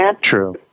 true